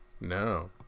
No